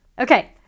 Okay